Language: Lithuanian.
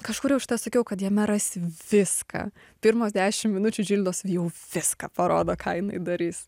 kažkur jau šitą sakiau kad jame rasim viską pirmos dešim minučių džildos jau viską parodo ką jinai darys